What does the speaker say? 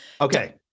okay